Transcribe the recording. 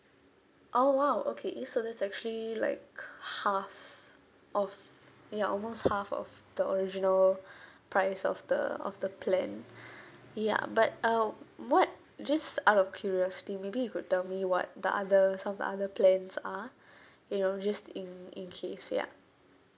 oh !wow! okay it so that's actually like half of ya almost half of the original price of the of the plan ya but uh what just out of curiosity maybe you could tell me what the other some of the other plans are you know just in in case ya